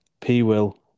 P-Will